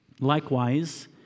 Likewise